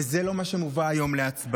וזה לא מה שמובא היום להצבעה.